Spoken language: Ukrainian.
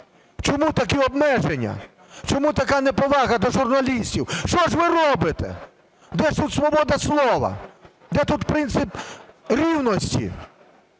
Чому такі обмеження? Чому така неповага до журналістів? Що ж ви робите?! Де ж тут свобода слова? Де тут принцип рівності?